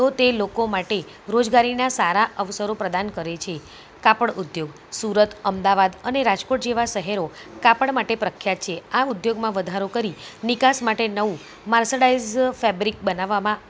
તો તે લોકો માટે રોજગારીના સારા અવસરો પ્રદાન કરે છે કાપડ ઉદ્યોગ સુરત અમદાવાદ અને રાજકોટ જેવાં શહેરો કાપડ માટે પ્રખ્યાત છે આ ઉદ્યોગમાં વધારો કરી નિકાસ માટે નવું માર્શલાઈઝ ફેબ્રિક બનાવવામાં